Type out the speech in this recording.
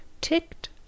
ticked